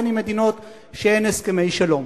ואם מדינות שאין אתן הסכמי שלום.